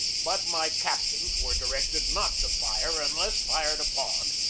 but my captains were di rected not to fire unless fired upon,